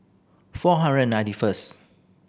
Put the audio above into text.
four hundred ninety first